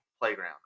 playground